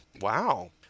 Wow